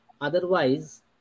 otherwise